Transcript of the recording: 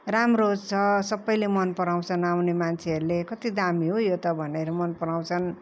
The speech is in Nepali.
राम्रो छ सबैले मन पराउँछन् आउने मान्छेहरूले कति दामी हौ यो त भनेर मन पराउँछन्